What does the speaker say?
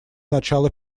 начала